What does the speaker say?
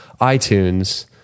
iTunes